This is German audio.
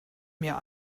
mir